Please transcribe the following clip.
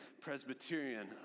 Presbyterian